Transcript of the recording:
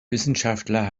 wissenschaftler